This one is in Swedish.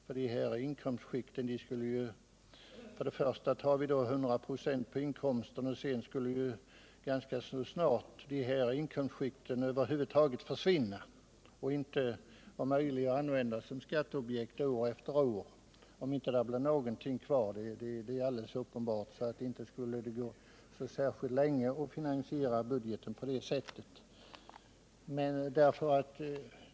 För det första skulle vi då få ta ut 100 "a av inkomsten, och för det andra skulle dessa inkomstskikt snart försvinna och inte vara möjliga att använda som skatteobjekt år efter år. Inte skulle det gå särskilt länge att finansiera budgeten på det sättet.